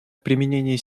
применения